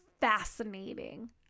fascinating